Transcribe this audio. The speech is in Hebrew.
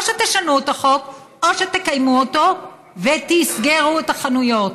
או שתשנו את החוק או שתקיימו אותו ותסגרו את החנויות.